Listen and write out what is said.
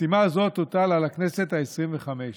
המשימה הזאת תוטל על הכנסת העשרים-וחמש.